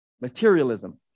Materialism